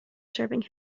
serving